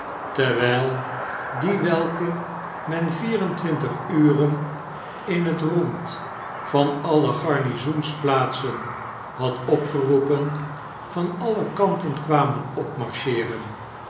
terwijl die welke men vier en twmtig uren in het rond van alle garnizoensplaatsen had opgeroepen van alle kanten kwamen